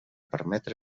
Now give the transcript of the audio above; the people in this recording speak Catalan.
permetre